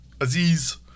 Aziz